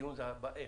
הדיון זה בשאלה איך.